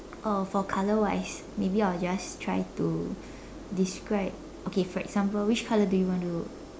or for color wise maybe I will just try to describe okay for example which color do you want to